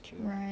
right